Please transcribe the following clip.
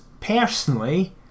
personally